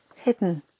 hidden